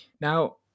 Now